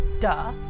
duh